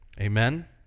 Amen